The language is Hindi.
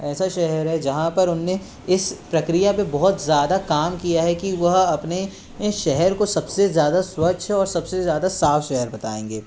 ऐसा शहर है जहाँ पर हमने इस प्रक्रिया पे बहुत ज़्यादा काम किया है कि वह अपने अपने शहर को सबसे ज़्यादा स्वच्छ और सबसे ज़्यादा साफ शहर बताएंगे